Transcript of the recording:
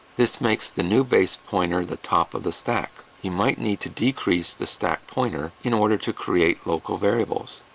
this makes the new base pointer the top of the stack. you might need to decrease the stack pointer in order to create local variables,